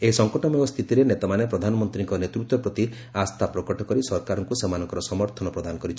ଏହି ସଙ୍କଟମୟ ସ୍ଥିତିରେ ନେତାମାନେ ପ୍ରଧାନମନ୍ତ୍ରୀଙ୍କ ନେତୃତ୍ୱ ପ୍ରତି ଆସ୍ଥାପ୍ରକଟ କରି ସରକାରଙ୍କୁ ସେମାନଙ୍କର ସମର୍ଥନ ପ୍ରଦାନ କରିଛନ୍ତି